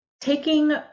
taking